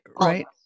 right